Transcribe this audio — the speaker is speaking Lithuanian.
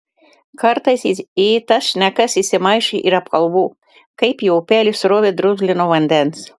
kartais į tas šnekas įsimaišo ir apkalbų kaip į upelio srovę drumzlino vandens